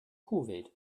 kuwait